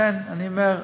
לכן, אני אומר: